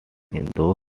those